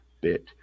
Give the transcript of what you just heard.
bit